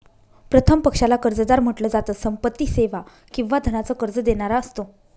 प्रथम पक्षाला कर्जदार म्हंटल जात, संपत्ती, सेवा किंवा धनाच कर्ज देणारा असतो